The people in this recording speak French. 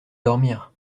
dormir